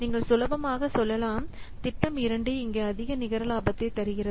நீங்கள் சுலபமாக சொல்லலாம் திட்டம் 2 இங்கே அதிக நிகரலாபத்தை தருகிறது